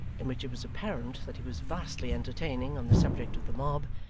in which it was apparent that he was vastly entertaining on the subject of the mob,